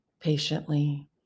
patiently